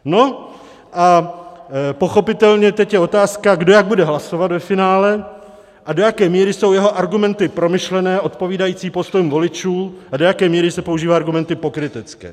No a pochopitelně teď je otázka, kdo jak bude hlasovat ve finále a do jaké míry jsou jeho argumenty promyšlené, odpovídající postoji voličů, a do jaké míry se používají argumenty pokrytecké.